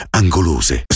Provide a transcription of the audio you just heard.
angolose